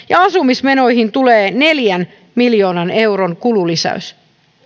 ja asumismenoihin tulee neljän miljoonan euron kululisäys